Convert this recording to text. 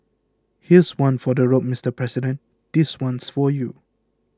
here's one for the road Mister President this one's for you